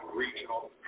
regional